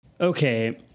Okay